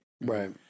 right